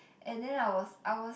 and then I was I was